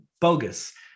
bogus